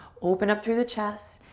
open up through the chest.